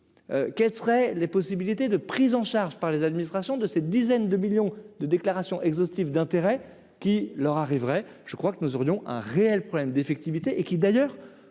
quelles seraient les possibilités de prise en charge par les administrations de ces dizaines de millions de déclarations exhaustif d'intérêt qu'ils leur arriveraient je crois que nous aurions un réel problème d'effectivité et qui d'ailleurs